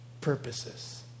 purposes